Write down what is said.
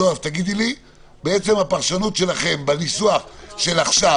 בעצם הפרשנות שלכם בניסוח של עכשיו,